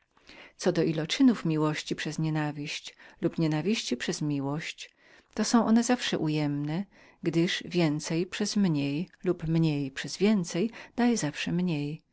co do wypadków miłości przez nienawiść lub nienawiści przez miłość te są zawsze odjemne zupełnie jak więcej przez mniej lub mniej przez więcej dają zawsze mniej